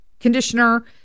Conditioner